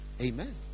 Amen